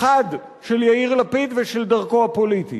חד של יאיר לפיד ושל דרכו הפוליטית.